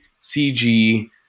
CG